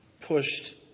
pushed